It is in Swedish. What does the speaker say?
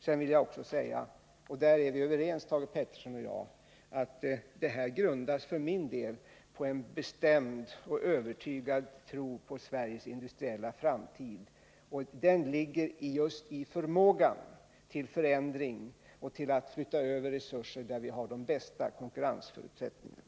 Sedan vill jag också säga — och på den punkten är Thage Peterson och jag överens — att det här förslaget grundar sig på en bestämd tro på Sveriges industriella framtid. Den ligger just i förmågan till förändring och till att använda resurser där vi har de bästa konkurrensförutsättningarna.